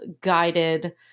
guided